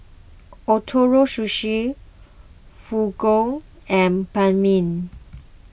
Ootoro Sushi Fugu and Banh Mi